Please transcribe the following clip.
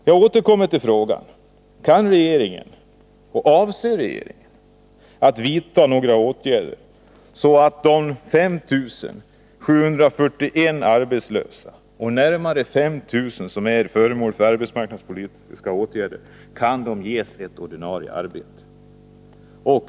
Jag återkommer till frågan: Kan regeringen — och avser regeringen att — vidta sådana åtgärder att de 5 741 arbetslösa och de närmare 5 000 som är föremål för arbetsmarknadspolitiska åtgärder kan ges ett ordinarie arbete?